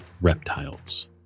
Reptiles